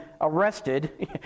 arrested